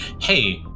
hey